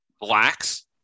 Blacks